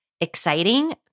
exciting